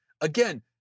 Again